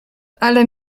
ale